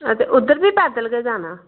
आं ते उद्धर बी पैदल गै जाना